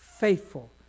faithful